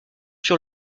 sur